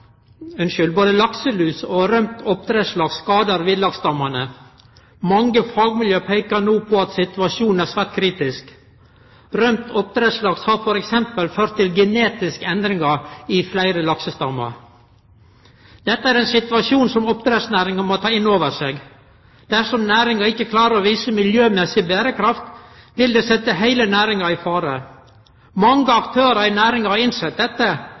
ein stor del av ansvaret for utfordringane for villaksen i dag. Både lakselus og rømd oppdrettslaks skader villaksstammane. Mange fagmiljø peiker no på at situasjonen er svært kritisk. Rømd oppdrettslaks har f.eks. ført til genetiske endringar i fleire laksestammar. Dette er ein situasjon som oppdrettsnæringa må ta inn over seg. Dersom næringa ikkje klarer å vise miljømessig berekraft, vil det setje heile næringa i fare. Mange aktørar i næringa har innsett dette,